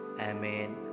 Amen